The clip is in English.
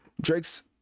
drake's